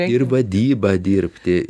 ir vadybą dirbti